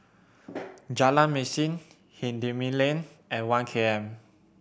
Jalan Mesin Hindhede Lane and One K M